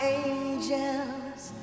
angels